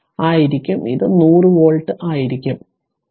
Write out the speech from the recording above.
ഇത് 100 വോൾട്ട് ആയിരിക്കും